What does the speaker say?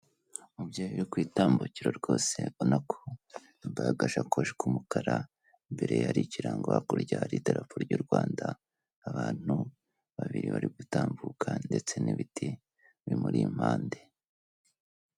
Umubyeyi uri kwitambukira rwose ubonako yambaye agasakoshi k'umukara, imbere ye hari ikirango hakurya hari idarapo ry'u Rwanda, abantu babiri bari gutambuka, ndetse n'ibiti bimuri impande.